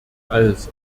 als